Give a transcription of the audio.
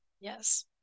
Yes